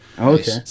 Okay